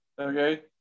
okay